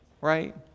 right